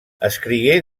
escrigué